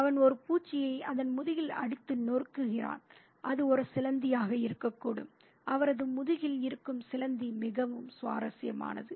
அவன் ஒரு பூச்சியை அதன் முதுகில் அடித்து நொறுக்குகிறான் அது ஒரு சிலந்தியாக இருக்கக்கூடும் அவரது முதுகில் இருக்கும் சிலந்தி மிகவும் சுவாரஸ்யமானது